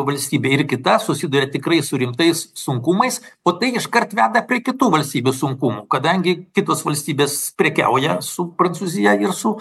valstybė ir kita susiduria tikrai su rimtais sunkumais o tai iškart veda prie kitų valstybių sunkumų kadangi kitos valstybės prekiauja su prancūzija ir su